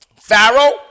Pharaoh